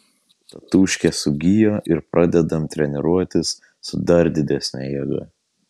tatūškė sugijo ir pradedam treniruotis su dar didesne jėga